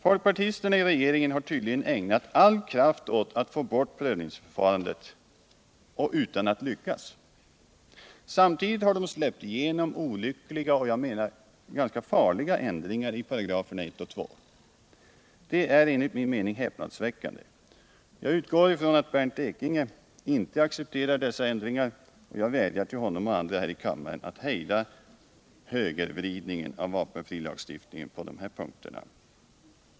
Folkpartisterna i regeringen har tydligen ägnat all kraft åt att få bort prövningsförfarandet men utan att lyckas. Samtidigt har de släppt igenom olyckliga och, som jag menar, farliga ändringar av I och 2 §§ Det är enligt min mening häpnadsväckande. Jag utgår från att Bernt Ekinge inte accepterar dessa ändringar. Jag vädjar till honom och andra här i kammaren att hejda högervridningen av vapenfrilagstiftningen på de här punkterna.